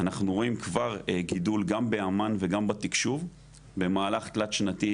אנחנו רואים כבר גידול גם באמ"ן וגם בתקשוב במהלך תלת שנתי,